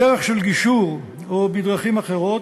בדרך של גישור או בדרכים אחרות,